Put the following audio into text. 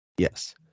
Yes